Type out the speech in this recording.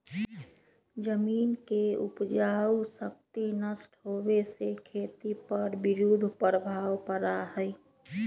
जमीन के उपजाऊ शक्ति नष्ट होवे से खेती पर विरुद्ध प्रभाव पड़ा हई